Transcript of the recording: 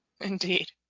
Indeed